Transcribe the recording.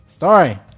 Sorry